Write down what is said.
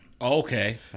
Okay